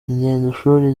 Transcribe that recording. ingendoshuri